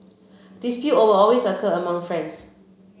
dispute all always occur among friends